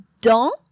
dans